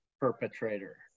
perpetrator